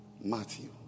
Matthew